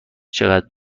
چقدر